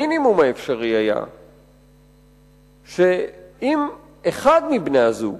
המינימום האפשרי היה שאם אחד מבני-הזוג